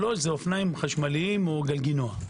אופניים חשמליים או גלגילנוע.